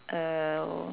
um